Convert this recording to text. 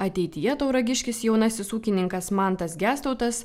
ateityje tauragiškis jaunasis ūkininkas mantas gestautas